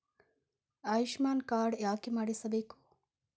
Ayushman card ಯಾಕೆ ಮಾಡಿಸಬೇಕು?